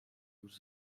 już